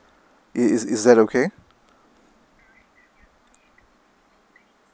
is is is that okay